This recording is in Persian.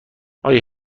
آیا